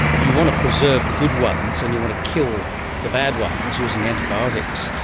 you want to preserve the good ones and you want to kill the bad ones using antibiotics,